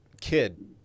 kid